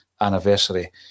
anniversary